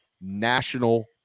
national